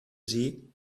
sie